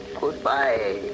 goodbye